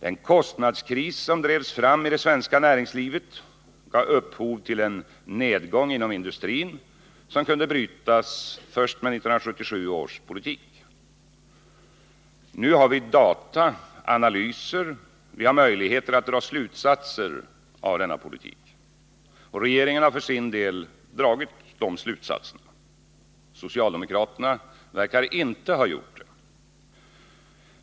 Den kostnadskris som drevs fram i det svenska näringslivet gav upphov till en nedgång inom industrin som kunde brytas först med 1977 års politik. Nu finns data och analyser, och vi har möjligheter att dra slutsatser av den överbryggningspolitik som fördes. Regeringen har för sin del dragit de slutsatserna. Socialdemokraterna verkar inte ha gjort det.